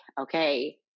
okay